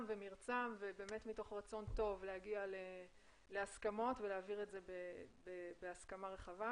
ומרצם מתוך רצון טוב להגיע להסכמות ולהעביר את זה בהסכמה רחבה.